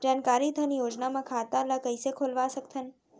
जानकारी धन योजना म खाता ल कइसे खोलवा सकथन?